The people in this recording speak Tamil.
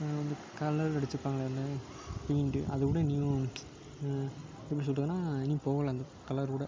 மேலே வந்து கலரு அடித்திருப்பாங்களே அந்த பெயிண்ட்டு அது கூட இனியும் எப்படி சொல்கிறதுனா இனி போகல அந்த கலரு கூட